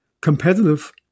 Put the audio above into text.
competitive